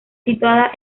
situada